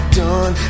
done